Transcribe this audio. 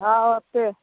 हँ ओते